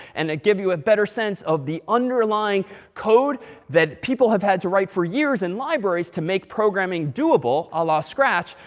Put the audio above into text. and to give you a better sense of the underlying code that people have had to write for years in libraries to make programming doable, ala scratch.